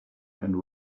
and